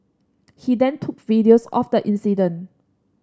he then took videos of the incident